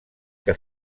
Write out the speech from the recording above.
que